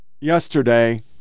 yesterday